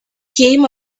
came